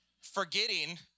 Forgetting